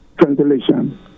translation